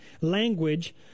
language